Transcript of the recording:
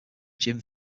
jim